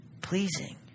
Pleasing